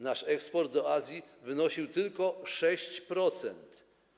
Nasz eksport do Azji wynosił tylko 6%.